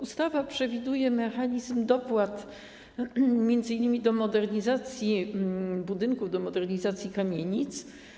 Ustawa przewiduje mechanizm dopłat m.in. do modernizacji budynków, modernizacji kamienic.